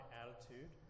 attitude